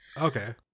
Okay